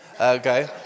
Okay